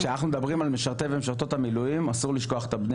כשאנחנו מדברים על משרתי ומשרתות המילואים אסור לשכוח את הבני